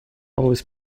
always